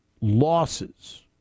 losses